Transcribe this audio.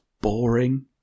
boring